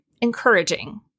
encouraging